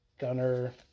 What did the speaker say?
Gunner